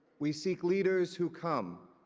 we seek leaders who come,